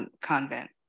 convent